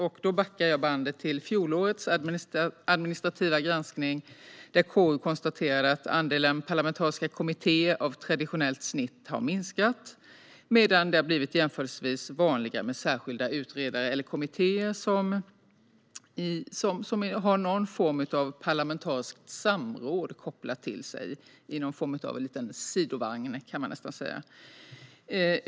Jag backar bandet till fjolårets administrativa granskning. KU konstaterade då att andelen parlamentariska kommittéer av traditionellt snitt har minskat. Det har blivit jämförelsevis vanligare med särskilda utredare eller kommittéer som har någon form av parlamentariskt samråd kopplat till sig - nästan som en liten sidovagn, kan man säga.